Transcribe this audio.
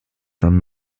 from